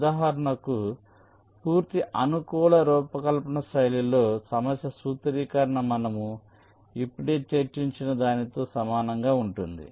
ఉదాహరణకు పూర్తి అనుకూల రూపకల్పన శైలిలో సమస్య సూత్రీకరణ మనము ఇప్పుడే చర్చించిన దానితో సమానంగా ఉంటుంది